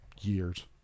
years